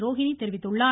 ரோஹினி தெரிவித்துள்ளார்